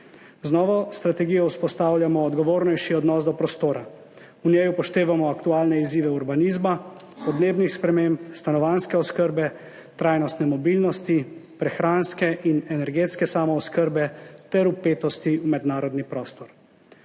Z novo strategijo vzpostavljamo odgovornejši odnos do prostora, v njej upoštevamo aktualne izzive urbanizma, podnebnih sprememb, stanovanjske oskrbe, trajnostne mobilnosti, prehranske in energetske samooskrbe ter vpetosti v mednarodni prostor.